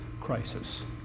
crisis